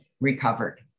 recovered